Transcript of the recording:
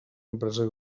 empresa